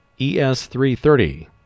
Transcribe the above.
ES330